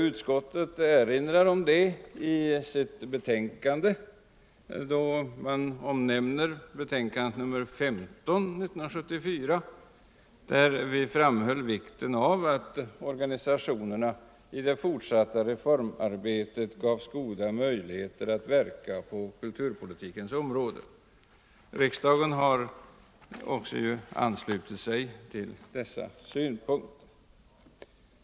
Utskottet erinrar om det i sitt föreliggande betänkande och omnämner betänkandet nr 15 år 1974, där utskottet framhöll vikten av att organisationerna i det fortsatta reformarbetet ges goda möjligheter att verka på kulturpolitikens område. Riksdagen har ju också anslutit sig till dessa synpunkter.